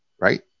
right